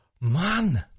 man